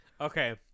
Okay